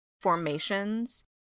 formations